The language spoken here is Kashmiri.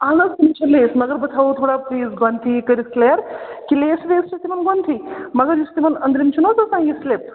اہن حظ تِم چھِ لیس مگر بہٕ تھاوَو تھوڑا پٕلیٖز گۄڈٕنٮ۪تھٕے یہِ کٔرِتھ کٔلیر کہِ لیس ویس چھِ تِمَن گۄڈٕنٮ۪تھٕے مگر یُس تِمَن أنٛدرِم چھُنہٕ حظ آسان یہِ سِلِپ